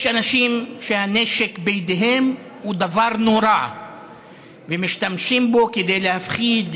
יש אנשים שהנשק בידיהם הוא דבר נורא ומשתמשים בו כדי להפחיד,